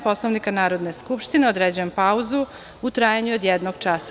Poslovnika Narodne skupštine, određujem pauzu u trajanju od jednog časa.